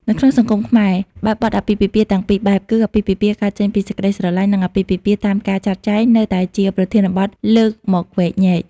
នៅក្នុងសង្គមខ្មែរ បែបបទអាពាហ៍ពិពាហ៍ទាំងពីរបែប គឺអាពាហ៍ពិពាហ៍កើតចេញពីសេចក្តីស្នេហា និងអាពាហ៍ពិពាហ៍តាមការចាត់ចែង នៅតែជាប្រធានបទលើកមកវែកញែក។